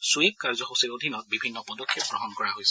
sweep কাৰ্যসুচীৰ অধীনত বিভিন্ন পদক্ষেপ গ্ৰহণ কৰা হৈছে